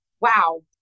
wow